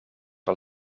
wel